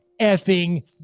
effing